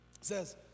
says